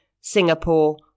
Singapore